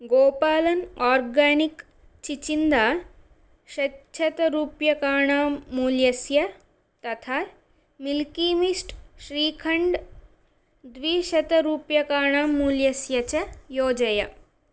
Gopalan organic चिचिण्डः षट्शत्रूप्यकाणां मूल्यस्य तथा मिल्कि मिस्ट् श्रीखण्ड् द्विशतरूप्यकाणां मूल्यस्य च योजय